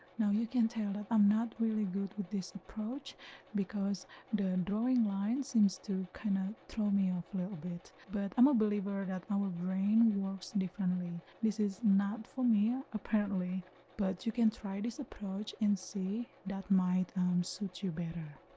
now you can tell that i'm not really good with this approach because the and drawing line seems to kind of throw me off a little bit. but i'm a believer that our brain works and differently this is not for me ah apparently but you can try this approach and see that might suit you better